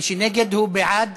מי שנגד, הוא בעד